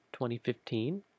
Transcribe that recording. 2015